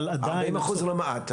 40% זה לא מעט.